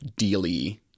dealy